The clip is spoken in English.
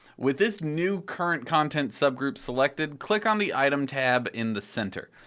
with this new current content subgroup selected, click um the items tab in the center.